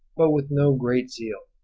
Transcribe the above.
but with no great zeal.